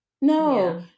no